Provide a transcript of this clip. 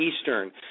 Eastern